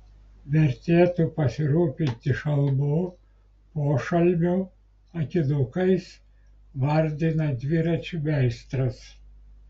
vertėtų pasirūpinti šalmu pošalmiu akinukais vardina dviračių meistras